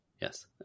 yes